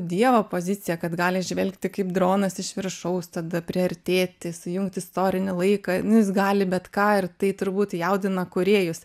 dievo poziciją kad gali žvelgti kaip dronas iš viršaus tada priartėti sujungti istorinį laiką nu jis gali bet ką ir tai turbūt jaudina kūrėjus